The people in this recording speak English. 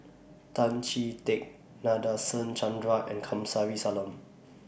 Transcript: Tan Chee Teck Nadasen Chandra and Kamsari Salam